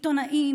עיתונאי,